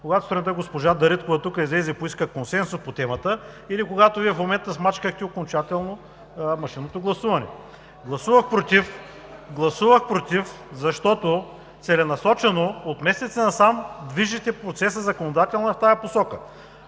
когато сутринта госпожа Дариткова тук излезе и поиска консенсус по темата, или когато Вие в момента смачкахте окончателно машинното гласуване? (Шум и реплики.) Гласувах „против“, защото целенасочено от месеци насам движите процеса законодателно в тази посока.